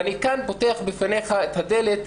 אני כאן פותח בפניך את הדלת.